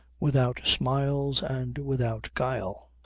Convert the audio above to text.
without smiles and without guile.